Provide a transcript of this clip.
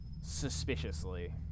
suspiciously